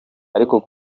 ariko